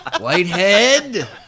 Whitehead